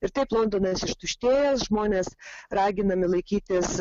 ir taip londonas ištuštėjęs žmonės raginami laikytis